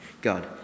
God